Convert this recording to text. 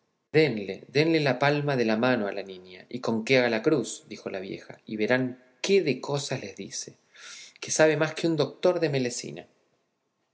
denle la palma de la mano a la niña y con qué haga la cruz dijo la vieja y verán qué de cosas les dice que sabe más que un doctor de melecina